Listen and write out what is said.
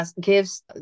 gives